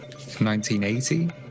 1980